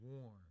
warm